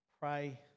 pray